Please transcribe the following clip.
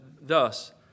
thus